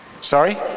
Sorry